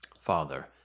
Father